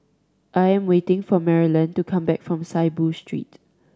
I am waiting for Marilyn to come back from Saiboo Street